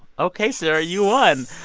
ok, sarah, you won.